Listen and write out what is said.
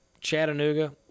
Chattanooga